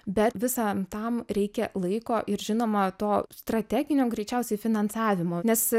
bet visam tam reikia laiko ir žinoma to strateginio greičiausiai finansavimo nes